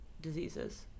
diseases